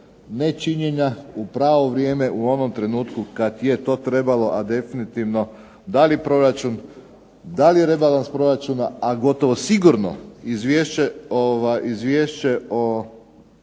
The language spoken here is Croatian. nečinjenja u pravo vrijeme u onom trenutku kada je to trebalo a definitivno da li proračun, da li rebalans proračuna, a gotovo sigurno izvješće o